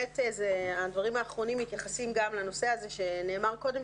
הדברים האחרונים מתייחסים גם לנושא הזה שנאמר קודם,